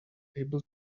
able